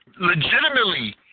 Legitimately